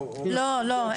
לא, לא.